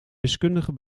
wiskundige